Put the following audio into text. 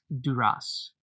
Duras